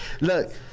Look